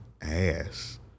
ass